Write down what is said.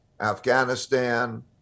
Afghanistan